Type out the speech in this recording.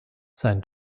sein